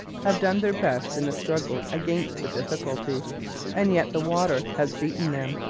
have done their best in the struggle against the difficulty and yet the water has beaten them.